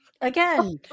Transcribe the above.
Again